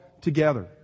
together